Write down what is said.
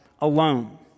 alone